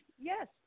Yes